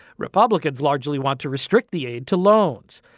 republicans largely want to restrict the aid to loans.